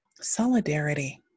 solidarity